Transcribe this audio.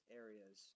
areas